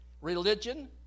Religion